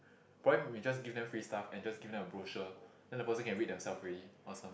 poly may just give them free stuff and just give them a brochure then the person can read themselves already or some